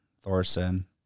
Thorson